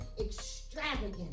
extravagant